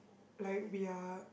like we're